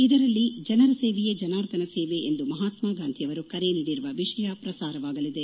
ಇದರಲ್ಲಿ ಜನರ ಸೇವೆಯೇ ಜನಾರ್ದನ ಸೇವೆ ಎಂದು ಮಹಾತ್ಮ ಗಾಂಧಿಯವರು ಕರೆ ನೀಡಿದ ವಿಷಯ ಪ್ರಸಾರವಾಗಲಿದೆ